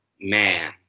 man